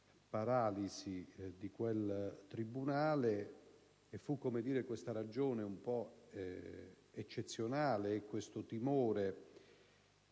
paralisi di quel tribunale e fu, come dire, questa ragione un po' eccezionale, questo timore,